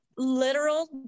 Literal